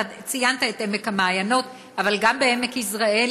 אתה ציינת את עמק המעיינות אבל גם בעמק יזרעאל,